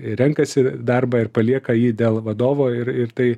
renkasi darbą ir palieka jį dėl vadovo ir ir ir tai